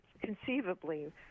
conceivably